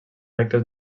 rectes